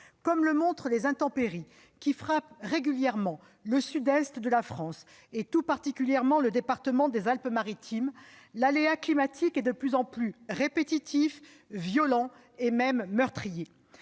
Comme le montrent les intempéries qui frappent régulièrement le sud-est de la France, et tout particulièrement le département des Alpes-Maritimes, l'aléa climatique est de plus en plus répétitif, violent et même meurtrier.